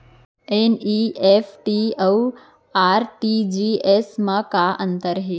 NEFT अऊ RTGS मा का अंतर हे?